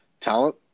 talent